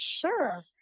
sure